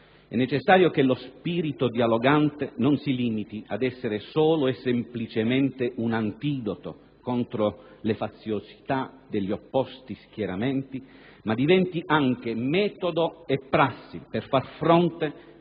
è necessario che lo spirito dialogante non si limiti ad essere solo e semplicemente un antidoto contro le faziosità degli opposti schieramenti, ma diventi anche metodo e prassi per far fronte